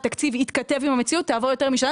תקציב יתכתב עם המציאות תעבור יותר משנה.